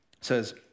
says